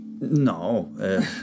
No